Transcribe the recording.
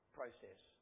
process